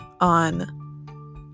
on